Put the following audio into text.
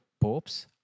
popes